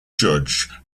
judge